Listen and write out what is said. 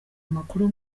amakuru